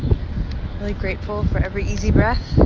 grateful for every easy breath